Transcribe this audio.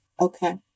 Okay